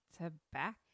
tobacco